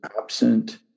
absent